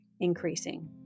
increasing